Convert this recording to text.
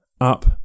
up